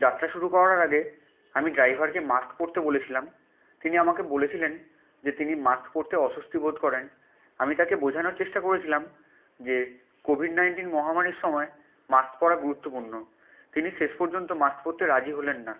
যাত্রা শুরু করার আগে আমি ড্রাইভারকে মাস্ক পরতে বলেছিলাম তিনি আমাকে বলেছিলেন যে তিনি মাস্ক পরতে অস্বস্তি বোধ করেন আমি তাকে বোঝানোর চেষ্টা করেছিলাম যে কোভিড নাইনটিন মহামারীর সময় মাস্ক পরা গুরুত্বপূর্ণ তিনি শেষ পর্যন্ত মাস্ক পরতে রাজি হলেন না